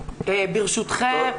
ברשותכם,